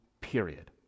period